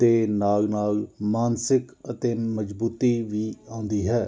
ਦੇ ਨਾਲ ਨਾਲ ਮਾਨਸਿਕ ਅਤੇ ਮਜ਼ਬੂਤੀ ਵੀ ਆਉਂਦੀ ਹੈ